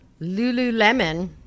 Lululemon